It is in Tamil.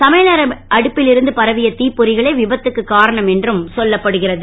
சமையலறை அடுப்பில் இருந்து பரவிய தீப்பொறிகளே விபத்துக்கு காரணம் என்றும் சொல்லப்படுகிறது